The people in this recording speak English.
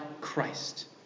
Christ